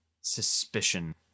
suspicion